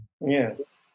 yes